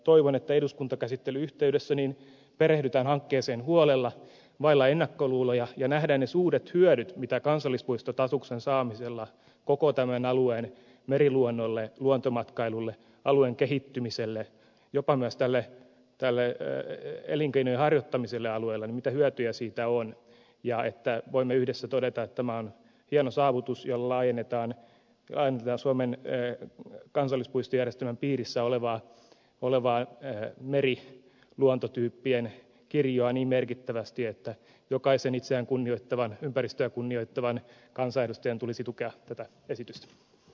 toivon että eduskuntakäsittelyn yhteydessä perehdytään hankkeeseen huolella vailla ennakkoluuloja ja nähdään ne suuret hyödyt mitä kansallispuistostatuksen saamisella koko tämän alueen meriluonnolle luontomatkailulle alueen kehittymiselle myös jopa nesteelle että löytää elinkeinonharjoittamiselle alueelle elinkeinojen harjoittamiselle alueella on ja että voimme yhdessä todeta että tämä on hieno saavutus jolla laajennetaan suomen kansallispuistojärjestelmän piirissä olevaa meriluontotyyppien kirjoa niin merkittävästi että jokaisen itseään ja ympäristöä kunnioittavan kansanedustajan tulisi tukea tätä esitystä